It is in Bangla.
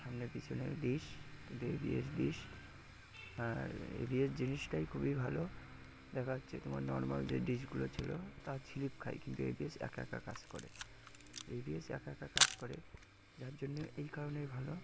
সামনে পিছনে ডিশ কিন্তু এ বি এস ডিশ আর এ বি এস জিনিসটাই খুবই ভালো দেখা যাচ্ছে তোমার নর্মাল যে ডিশগুলো ছিল তা স্লিপ খায় কিন্তু এ বি এস একা একা কাজ করে এ বি এস একা একা কাজ করে যার জন্যে এই কারণেই ভালো